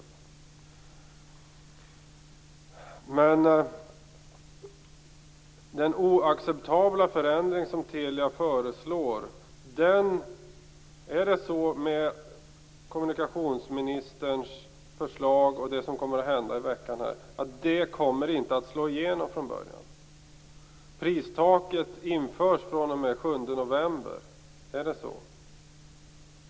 Kommer den oacceptabla förändring som Telia föreslår inte att slå igenom från början med kommunikationsministerns förslag och det som kommer att hända i veckan? Kommer pristaket att införas den 7 november?